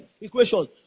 equation